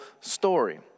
story